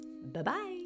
Bye-bye